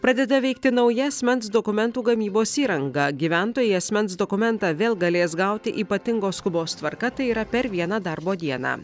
pradeda veikti nauja asmens dokumentų gamybos įranga gyventojai asmens dokumentą vėl galės gauti ypatingos skubos tvarka tai yra per vieną darbo dieną